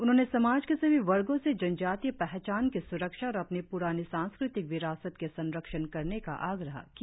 उन्होंने समाज के सभी वर्गो से जनजातीय पहचान की स्रक्षा और अपनी प्रानी सांस्कृतिक विरासत के संरक्षण करने का आग्रह किया